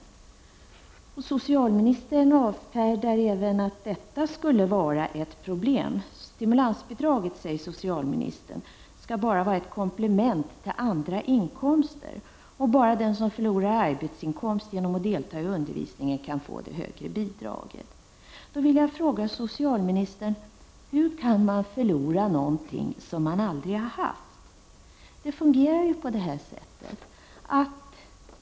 Socialministern avfärdar även att detta skulle vara ett problem. Stimulansbidraget skall bara vara ett komplement till andra inkomster, säger socialministern. Bara den som förlorar arbetsinkomst genom att delta i undervisningen kan få det högre bidraget. Jag vill fråga socialministern: Hur kan man förlora något som man aldrig har haft?